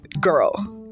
girl